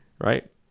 right